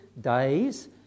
days